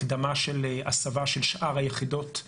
הקדמה של הסבה של שאר היחידות הפחמיות,